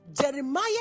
Jeremiah